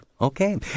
Okay